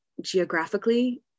geographically